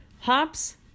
hops